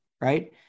right